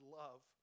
love